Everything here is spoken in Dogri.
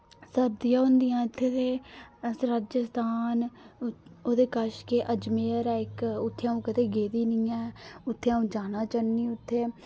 सर्दियां होंदियां इत्थै ते अस राजस्थान ओह्दे कच्छ गै अजमेर ऐ इक उत्थै अ'ऊं कदें गेदी नेईं ऐ उत्थै अ'ऊं जाना चाह्न्नी उत्थै